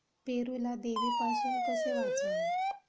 पेरूला देवीपासून कसे वाचवावे?